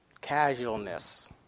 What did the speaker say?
Casualness